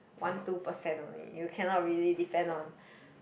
one two percent only you cannot really depend on